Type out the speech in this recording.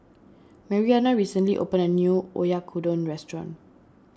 Marianna recently opened a new Oyakodon restaurant